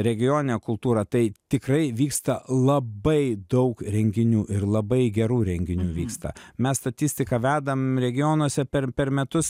regioninę kultūrą tai tikrai vyksta labai daug renginių ir labai gerų renginių vyksta mes statistiką vedam regionuose per per metus